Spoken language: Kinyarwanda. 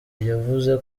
yavuze